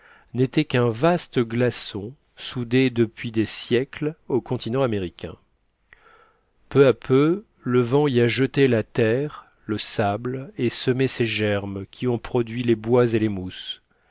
n'était qu'un vaste glaçon soudé depuis des siècles au continent américain peu à peu le vent y a jeté la terre le sable et semé ces germes qui ont produit les bois et les mousses